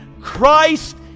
Christ